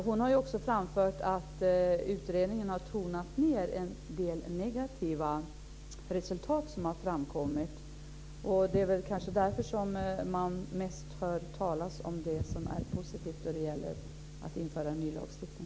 Hon har också framfört att utredningen har tonat ned en del negativa resultat som har framkommit. Det är väl kanske därför som man mest hör talas om det som är positivt då det gäller att införa en ny lagstiftning.